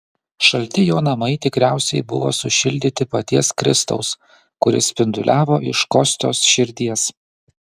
šalti jo namai tikriausiai buvo sušildyti paties kristaus kuris spinduliavo iš kostios širdies